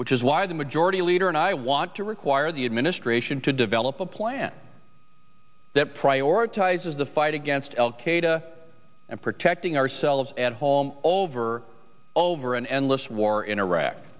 which is why the majority leader and i want to require the administration to develop a plan that prioritizes the fight against al qaeda and protecting ourselves at home over over an endless war in iraq